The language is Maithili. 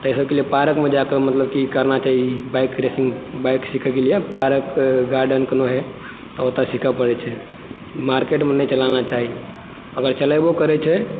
तै सबके लिए पारकमे जाकऽ मतलब कि करना चाही बाइक रेसिंग बाइक सिखयके लिए पार्क गार्डन कोनो होए तऽ ओतऽ सिखय पड़ै छै मार्किटमे नहि चलाना चाही अगर चलयबो करै छै